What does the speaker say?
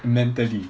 mentally